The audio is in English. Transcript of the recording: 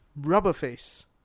Rubberface